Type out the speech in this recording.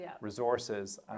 resources